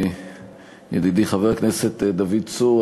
ידידי חבר הכנסת דוד צור,